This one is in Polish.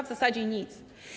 W zasadzie nic.